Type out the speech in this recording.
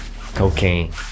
Cocaine